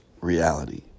reality